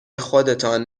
خودتان